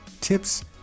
tips